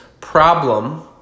problem